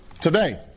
today